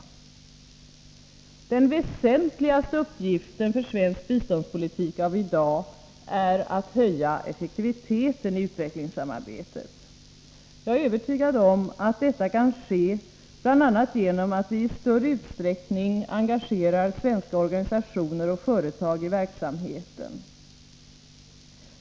Den väsentligaste uppgiften för svensk biståndspolitik av i dag är att höja effektiviteten i utvecklingssamarbetet. Jag är övertygad om att detta kan ske bl.a. genom att vi i större utsträckning engagerar svenska organisationer och företag i verksamheten.